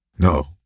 No